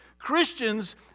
Christians